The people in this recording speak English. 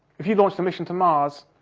if you launched a mission to mars,